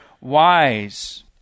wise